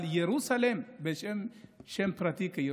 אבל ירוסלם כשם פרטי.